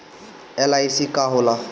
LIC का होला?